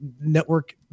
network